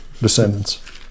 descendants